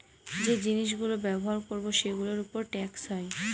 যে জিনিস গুলো ব্যবহার করবো সেগুলোর উপর ট্যাক্স হয়